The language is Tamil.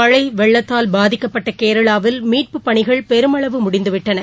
மழை வெள்ளத்தால் பாதிக்கப்பட்ட கேரளாவில் மீட்புப் பணிகள் பெருமளவு முடிந்துவிட்டன